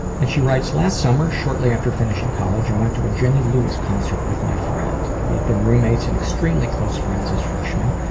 and she writes, last summer, shortly after finishing college, i went to a jenny lewis concert with my friends. we'd been roommates and extremely close friends as freshmen.